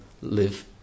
live